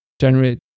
generate